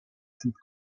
sul